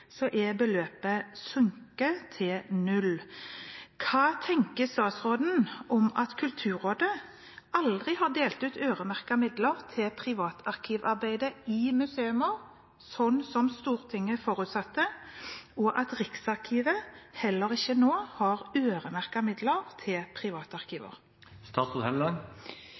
er beløpet sunket til 0 kr. Hva tenker statsråden om at Kulturrådet aldri har delt ut øremerkede midler til privatarkivarbeidet i museer, slik Stortinget forutsatte, og at Riksarkivet heller ikke nå har øremerkede midler til